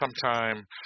sometime